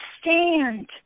stand